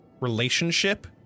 relationship